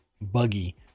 buggy